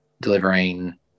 delivering